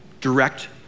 direct